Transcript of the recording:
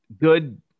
good